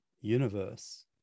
universe